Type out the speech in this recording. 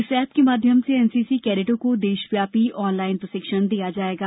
इस ऐप के माध्यम से एनसीसी कैडटों को देशव्यापी ऑनलाइन प्रशिक्षण दिया जाएगा